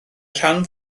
rhan